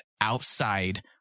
outside